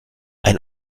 ein